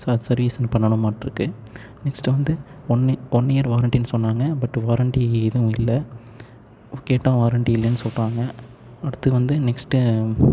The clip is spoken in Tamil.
ச சர்வீஸ்னு பண்ணணுமாட்டிருக்கு நெக்ஸ்ட் வந்து ஒன்று ஒன் இயர் வாரண்டினு சொன்னாங்க பட் வாரண்டி எதும் இல்லை கேட்டால் வாரண்டி இல்லைனு சொல்கிறாங்க அடுத்து வந்து நெக்ஸ்ட்